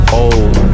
old